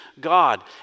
God